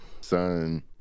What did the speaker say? son